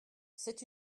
c’est